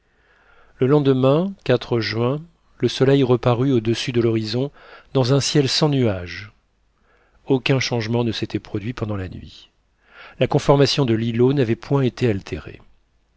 le lendemain juin le soleil reparut au-dessus de l'horizon dans un ciel sans nuages aucun changement ne s'était produit pendant la nuit la conformation de l'îlot n'avait point été altérée